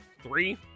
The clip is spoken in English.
three